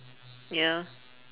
ya